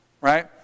Right